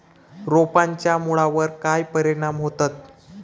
रोपांच्या मुळावर काय परिणाम होतत?